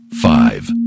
five